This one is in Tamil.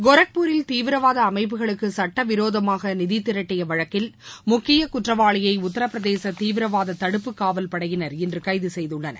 கோரக்பூரில் தீவிரவாத அமைப்புகளுக்கு சட்டவிரோதமாக நிதி திரட்டிய வழக்கில் முக்கிய குற்றவாளியை உத்தரபிரதேச தீவிரவாத தடுப்பு காவல்படையினர் இன்று கைது செய்துள்ளனர்